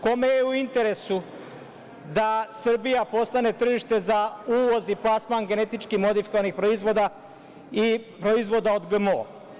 Kome je u interesu da Srbija postane tržište za uvoz i plasman genetički modifikovanih proizvoda i proizvoda od GMO?